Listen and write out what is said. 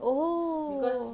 oh